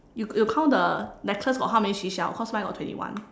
you you count the necklace got how many seashell cause mine got twenty one